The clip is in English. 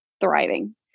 thriving